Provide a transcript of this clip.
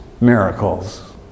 miracles